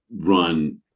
run